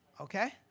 Okay